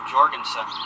Jorgensen